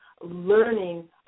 learning